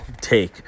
take